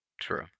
True